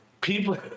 people